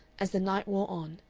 as the night wore on,